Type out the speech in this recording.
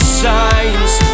signs